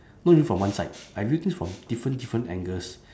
not only from one side I view things from different different angles